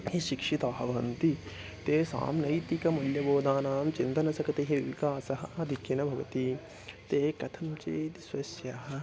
ए शिक्षिताः भवन्ति तेषां नैतिकमूल्यबोधानां चिन्तनस्य कृते विकासः आधिक्येन भवति ते कथं चेत् स्वस्याः